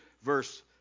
verse